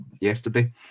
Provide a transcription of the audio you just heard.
yesterday